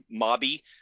mobby